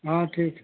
हाँ ठीक है